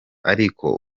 ariko